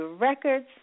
records